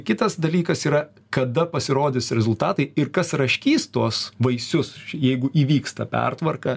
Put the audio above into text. kitas dalykas yra kada pasirodys rezultatai ir kas raškys tuos vaisius jeigu įvyksta pertvarka